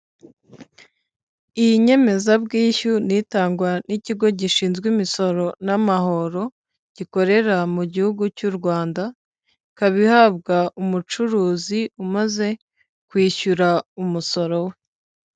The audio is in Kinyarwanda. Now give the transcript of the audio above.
Iyi nyemezabwishyu ni itangwa n'ikigo gishinzwe imisoro n'amahoro gikorera mu gihugu cy'u Rwanda, ikaba ihabwa umucuruzi umaze kwishyura umusoro we.